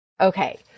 Okay